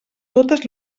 totes